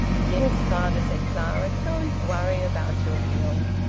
yes, father, said clara. don't worry about your will.